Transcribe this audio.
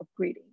upgrading